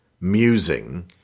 musing